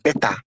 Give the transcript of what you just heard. better